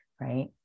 right